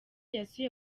yasuye